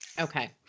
Okay